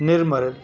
نرمل